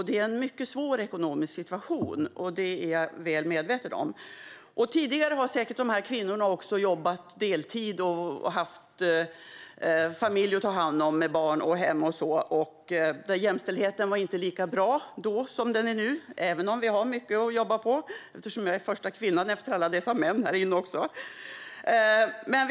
Det är en mycket svår ekonomisk situation, och det är jag väl medveten om. Tidigare har de här kvinnorna säkert jobbat deltid och haft familj att ta hand om med barn och hem och så, och jämställdheten var inte lika bra då som den är nu även om vi fortfarande har mycket att jobba på - jag är ju till exempel den första kvinnan efter alla dessa män här vid frågestunden.